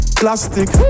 plastic